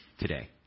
today